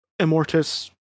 Immortus